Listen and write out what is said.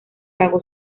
pagó